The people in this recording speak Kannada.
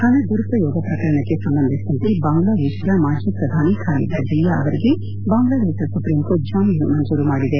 ಹಣ ದುರುಪಯೋಗ ಪ್ರಕರಣಕ್ಕೆ ಸಂಬಂಧಿಸಿದಂತೆ ಬಾಂಗ್ಲಾದೇಶದ ಮಾಜಿ ಪ್ರಧಾನಿ ಖಾಲೀದಾ ಜಿಯಾ ಅವರಿಗೆ ಬಾಂಗ್ಲಾದೇಶ ಸುಪ್ರೀಂ ಕೋರ್ಟ್ ಜಾಮೀನು ಮಂಜೂರು ಮಾಡಿದೆ